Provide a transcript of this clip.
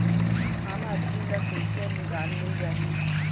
आम आदमी ल कइसे अनुदान मिल जाही?